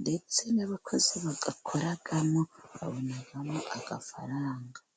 ndetse n'abakozi bayakoramo babonamo agafaranga.